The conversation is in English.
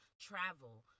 travel